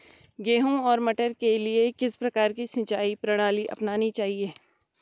गेहूँ और मटर के लिए किस प्रकार की सिंचाई प्रणाली अपनानी चाहिये?